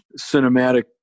cinematic